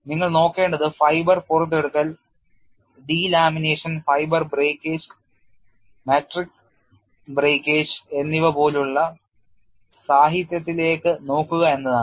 നിങ്ങൾ നോക്കേണ്ടത് ഫൈബർ പുറത്തെടുക്കൽ delamination fibre breakage matrix breakage എന്നിവ പോലുള്ള സാഹിത്യത്തിലേക്ക് നോക്കുക എന്നതാണ്